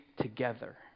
together